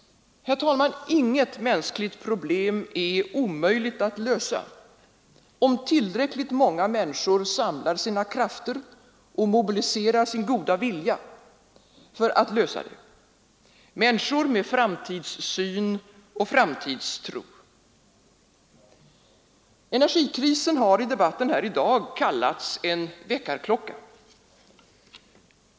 Herr talman! Inget mänskligt problem är omöjligt att lösa om tillräckligt många människor samlar sina krafter och mobiliserar sin goda vilja för att lösa det, människor med framtidssyn och framtidstro. Energikrisen har i debatten här i dag kallats en väckarklocka.